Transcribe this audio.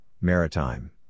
Maritime